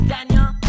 Daniel